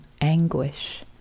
anguish